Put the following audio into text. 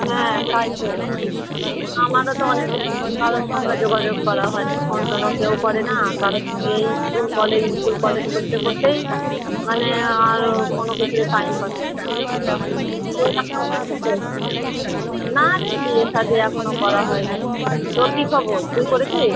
হ্যাঁ তাই তো আমারও তো অনেক দিন কারোর সঙ্গে যোগাযোগ করা হয় নি ফোন টোনও কেউ করে না কারো সঙ্গে এই স্কুল কলেজ স্কুল কলেজ করতে করতেই মানে আরো কোনো কিছুরই টাইম পাচ্ছি না তো এখন কী খবর না রে বিয়ে সাদি এখনো করা হয় নি তোর কী খবর তুই করেছিস